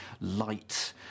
light